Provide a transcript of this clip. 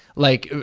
like, ah